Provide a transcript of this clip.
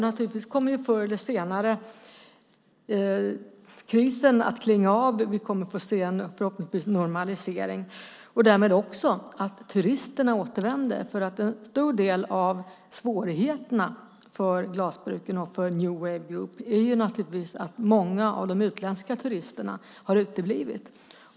Naturligtvis kommer krisen förr eller senare att klinga av, och vi kommer förhoppningsvis att få se en normalisering. Därmed återvänder turisterna, för en stor del av svårigheterna för glasbruken och för New Wave Group är att många av de utländska turisterna har uteblivit.